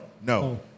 No